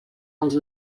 dels